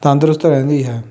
ਤੰਦਰੁਸਤ ਰਹਿੰਦੀ ਹੈ